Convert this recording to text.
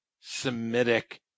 Semitic